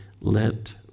let